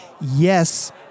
yes